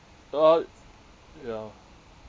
I ya